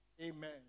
Amen